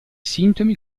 sintomi